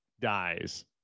dies